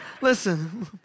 listen